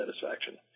satisfaction